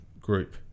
group